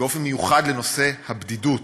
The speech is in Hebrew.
באופן מיוחד לנושא הבדידות,